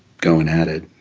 going at it.